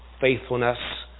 faithfulness